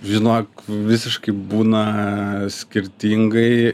žinok visiškai būna skirtingai